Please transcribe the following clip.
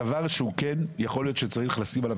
הדבר שכן יכול להיות שצריך לשים עליו